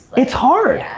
it's hard.